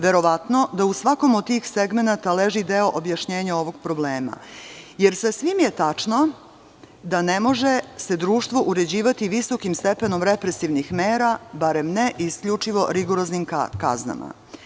Verovatno da u svakom od tih segmenata leži deo objašnjenja ovih problema, jer sasvim je tačno da se ne može društvo uređivati visokim stepenom represivnih mera, bar ne isključivo rigoroznim kaznama.